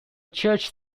church